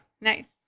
nice